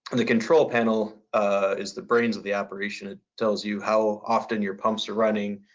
and the control panel is the brains of the operation. it tells you how often your pumps are running,